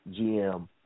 GM